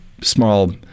small